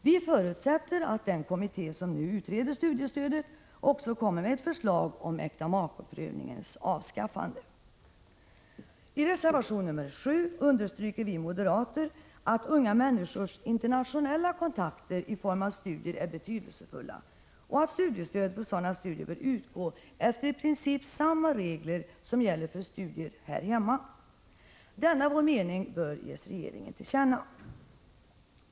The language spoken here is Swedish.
Vi förutsätter att den kommitté som nu utreder studiestödet också kommer med ett förslag om att avskaffa äktamakeprövningen. I reservation nr 7 understryker vi moderater att unga människors internationella kontakter i form av studier är betydelsefulla och att studiestöd för sådana studier bör utgå efter i princip samma regler som gäller för studier här hemma. Denna vår mening bör ges regeringen till känna.